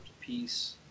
piece